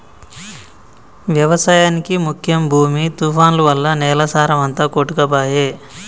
వ్యవసాయానికి ముఖ్యం భూమి తుఫాన్లు వల్ల నేల సారం అంత కొట్టుకపాయె